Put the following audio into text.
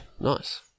Nice